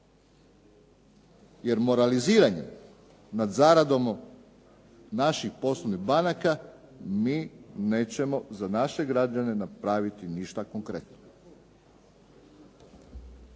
Jer moraliziranjem nad zaradom naših poslovnih banaka mi nećemo za naše građane napraviti ništa konkretno.